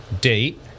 date